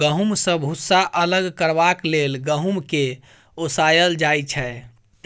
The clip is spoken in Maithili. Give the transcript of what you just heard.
गहुँम सँ भुस्सा अलग करबाक लेल गहुँम केँ ओसाएल जाइ छै